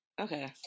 Okay